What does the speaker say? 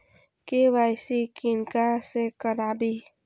KYC किनका से कराबी?